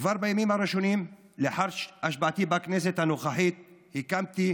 כבר בימים הראשונים לאחר השבעתי לכנסת הנוכחית הקמתי